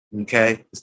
Okay